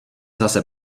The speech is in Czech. zase